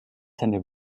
seine